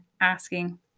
asking